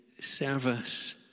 service